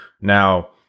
Now